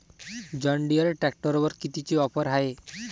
John Deere ट्रॅक्टरवर कितीची offer हाये?